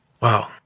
Wow